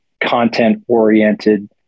content-oriented